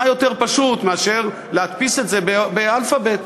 מה יותר פשוט מאשר להדפיס את זה לפי סדר האל"ף-בי"ת,